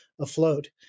afloat